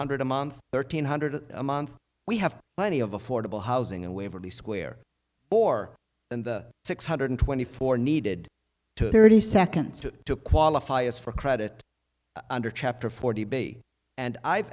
hundred a month thirteen hundred a month we have plenty of affordable housing in waverly square or in the six hundred twenty four needed to thirty seconds it took qualify is for credit under chapter forty and i've